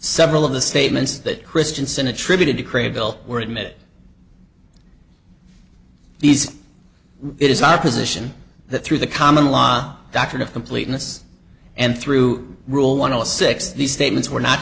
several of the statements that christiansen attributed to create guilt were admit these it is our position that through the common law doctrine of completeness and through rule one of the six these statements were not